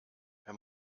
wenn